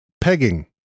pegging